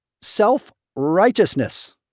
self-righteousness